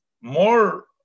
more